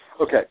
Okay